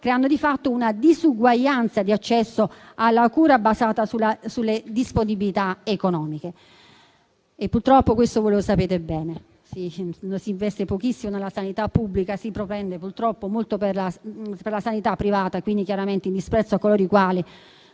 creando di fatto una disuguaglianza di accesso alla cura basata sulle disponibilità economiche e purtroppo questo voi lo sapete bene, si investe pochissimo nella sanità pubblica e si propende purtroppo molto per la sanità privata, chiaramente in disprezzo verso coloro che